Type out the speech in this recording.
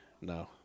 No